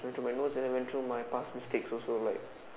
went through my notes and then went through my past mistakes also like